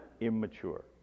immature